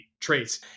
traits